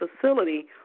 facility